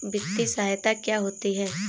वित्तीय सहायता क्या होती है?